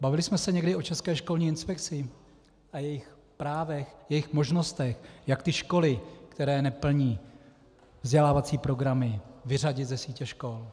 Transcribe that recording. Bavili jsme se někdy o České školní inspekci a jejích právech a jejích možnostech, jak ty školy, které neplní vzdělávací programy, vyřadit ze sítě škol?